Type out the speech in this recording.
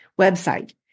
website